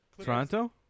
Toronto